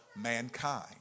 mankind